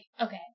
okay